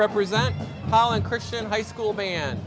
represent holland christian high school band